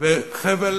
בחבל